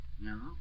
No